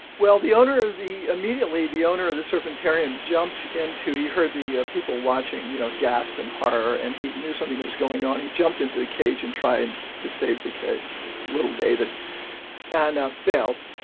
well, the owner of the immediately, the owner of the serpentarium jumped into he heard the ah people watching, you know, gasp in horror. and he knew something was going on. he jumped into the cage and tried to save the kid little david and failed.